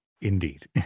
Indeed